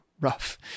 rough